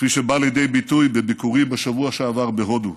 כפי שבא לידי ביטוי בביקורי בשבוע שעבר בהודו,